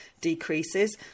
decreases